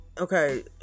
okay